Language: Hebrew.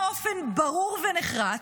באופן ברור ונחרץ,